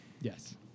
Yes